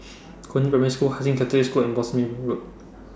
Concord Primary School Hai Sing Catholic School and Boscombe Road